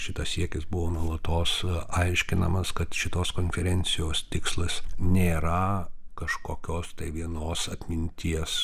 šitas siekis buvo nuolatos aiškinamas kad šitos konferencijos tikslas nėra kažkokios vienos atminties